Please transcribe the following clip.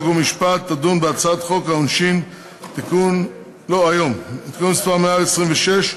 חוק ומשפט תדון בהצעת חוק העונשין (תיקון מס' 126)